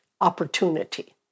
opportunity